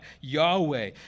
Yahweh